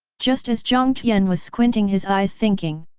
just as jiang tian was squinting his eyes thinking.